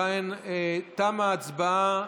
תמה ההצבעה.